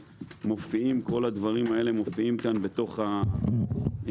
אבל כל הדברים האלה מופיעים כאן בתוך הדברים.